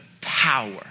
power